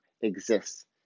exists